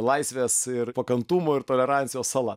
laisvės ir pakantumo ir tolerancijos sala